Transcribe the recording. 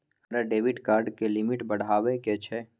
हमरा debit card के limit बढावा के छै